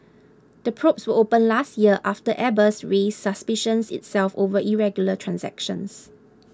the probes were opened last year after Airbus raised suspicions itself over irregular transactions